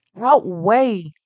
outweigh